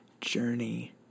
journey